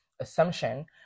assumption